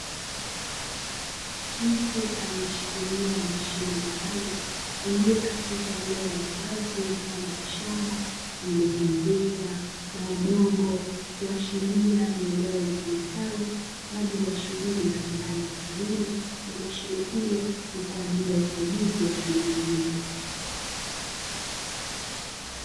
Mtu aliyeshikilia mashine maalumu iliyo katika eneo la wazi mfano wa shamba lililozungukwa na udongo. Kuashiria ni eneo litumikalo kwa ajili ya shughuli mbalimbali za kilimo, na mashine hiyo ni kwa ajili ya usaidizi wa shughuli hizo.